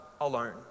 alone